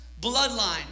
bloodline